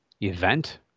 event